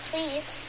Please